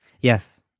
Yes